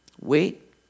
wait